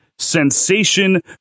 sensation